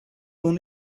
own